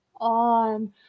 on